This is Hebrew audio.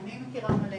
אני מכירה מלא,